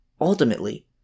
Ultimately